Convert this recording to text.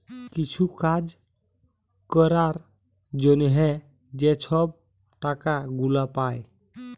কিছু কাজ ক্যরার জ্যনহে যে ছব টাকা গুলা পায়